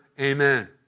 Amen